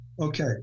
Okay